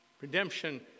Redemption